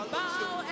bow